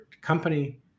company